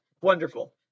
Wonderful